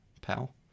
pal